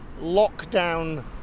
lockdown